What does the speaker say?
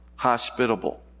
hospitable